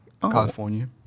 California